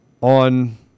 on